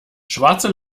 schwarze